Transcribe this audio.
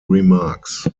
remarks